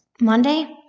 Monday